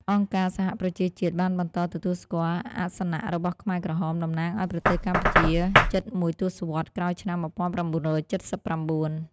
អង្គការសហប្រជាជាតិបានបន្តទទួលស្គាល់អាសនៈរបស់ខ្មែរក្រហម តំណាងឱ្យប្រទេសកម្ពុជាជិតមួយទសវត្សរ៍ក្រោយឆ្នាំ១៩៧៩។